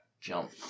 jump